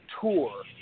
tour